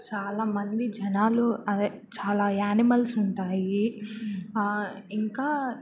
చాలామంది జనాలు అదే చాలా యానిమల్స్ ఉంటాయి ఇంకా